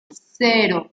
cero